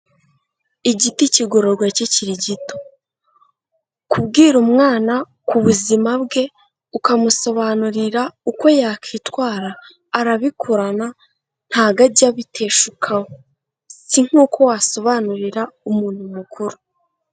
Igiti kigororwa kikiri gito. Kubwira umwana ku buzima bwe ukamusobanurira uko yakwitwara arabikurana ntago ajya abiteshuka, si nk'uko wasobanurira umuntu mukuru.